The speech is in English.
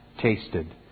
...tasted